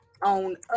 on